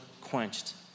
quenched